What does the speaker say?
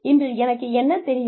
இன்று எனக்கு என்ன தெரியும்